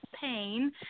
pain